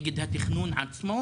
נגד התכנון עצמו